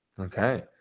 okay